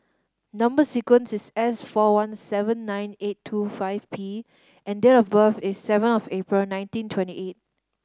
number sequence is S four one seven nine eight two five P and date of birth is seven of April nineteen twenty eight